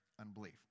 unbelief